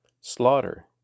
slaughter